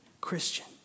Christian